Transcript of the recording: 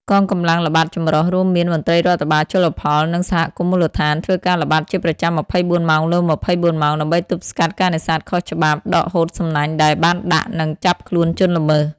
កងកម្លាំងល្បាតចម្រុះ រួមមានមន្ត្រីរដ្ឋបាលជលផល និងសហគមន៍មូលដ្ឋាន ធ្វើការល្បាតជាប្រចាំ ២៤ ម៉ោងលើ ២៤ ម៉ោង ដើម្បីទប់ស្កាត់ការនេសាទខុសច្បាប់ ដកហូតសំណាញ់ដែលបានដាក់ និងចាប់ខ្លួនជនល្មើស។